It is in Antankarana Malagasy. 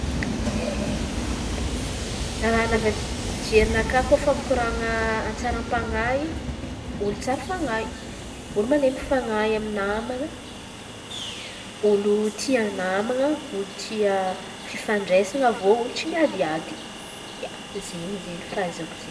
Raha navy amy jerinakà koa refa mikoran̈a hatsaram-pan̈ahy: olo tsara fanahy olo malemy fan̈ahy amy naman̈a. Olo tia naman̈a olo tia fifandraisan̈a avy eo tsy tia miady ady ia izen̈y izen̈y fahaizako zey.